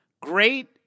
Great